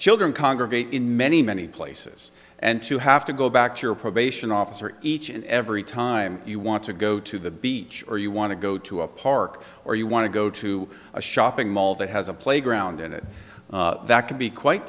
children congregate in many many places and to have to go back to your probation officer each and every time you want to go to the beach or you want to go to a park or you want to go to a shopping mall that has a playground in it that can be quite